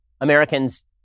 Americans